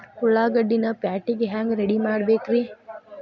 ಉಳ್ಳಾಗಡ್ಡಿನ ಪ್ಯಾಟಿಗೆ ಹ್ಯಾಂಗ ರೆಡಿಮಾಡಬೇಕ್ರೇ?